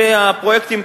והפרויקטים,